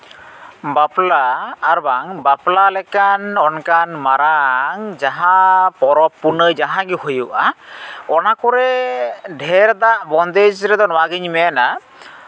ᱵᱟᱯᱞᱟ ᱟᱨᱵᱟᱝ ᱵᱟᱯᱞᱟ ᱞᱮᱠᱟᱱ ᱚᱱᱠᱟᱱ ᱢᱟᱨᱟᱝ ᱡᱟᱦᱟᱸ ᱯᱚᱨᱚᱵᱽ ᱯᱩᱱᱟᱹᱭ ᱡᱟᱦᱟᱸᱜᱮ ᱦᱩᱭᱩᱜᱼᱟ ᱚᱱᱟ ᱠᱚᱨᱮᱜ ᱰᱷᱮᱨ ᱫᱟᱜ ᱵᱚᱱᱫᱮᱡ ᱨᱮᱫᱚ ᱱᱚᱣᱟᱜᱤᱧ ᱢᱮᱱᱟ